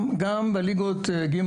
גם בליגות ג',